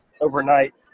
overnight